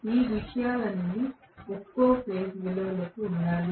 ఈ విషయాలన్నీ ఒక్కో ఫేజ్ విలువలకు ఉండాలి